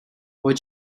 what